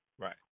Right